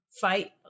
fight